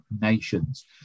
nations